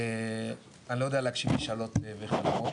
אני לא יודע להגשים משאלות וחלומות,